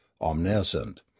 omniscient